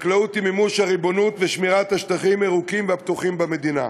חקלאות היא מימוש הריבונות ושמירת השטחים הירוקים והפתוחים במדינה.